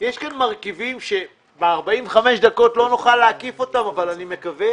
יש כאן מרכיבים שב-45 דקות לא נוכל להקיף אותם אבל אני מקווה